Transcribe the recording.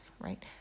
right